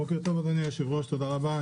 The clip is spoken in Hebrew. בוקר טוב, אדוני היושב-ראש, תודה רבה.